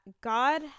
God